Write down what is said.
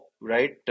right